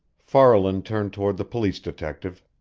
farland turned toward the police detective.